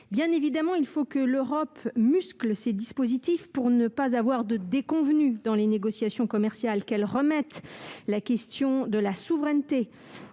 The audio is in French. faut évidemment que l'Europe muscle ses dispositifs pour ne pas avoir de déconvenues dans les négociations commerciales ; elle doit remettre la question de la souveraineté